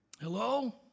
Hello